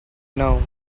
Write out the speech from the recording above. know